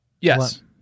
yes